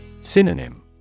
Synonym